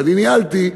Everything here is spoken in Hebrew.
ואני ניהלתי,